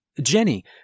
Jenny